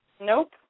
Nope